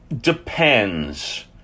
depends